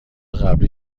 قبلی